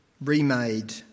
remade